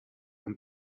and